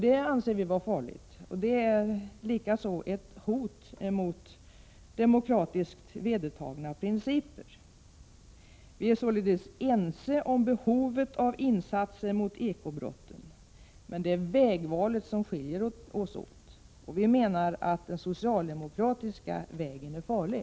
Det anser vi vara farligt, och det är likaså ett hot mot demokratiskt vedertagna principer. Vi är således ense om behovet av insatser mot eko-brotten, men i fråga om vägvalet skiljer vi oss åt. Vi menar att den socialdemokratiska vägen är farlig.